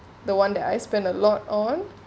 the one that I spend a lot on